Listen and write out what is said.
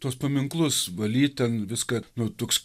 tuos paminklus valyt ten viską nu toks